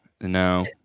no